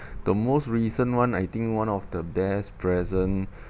the most recent one I think one of the best present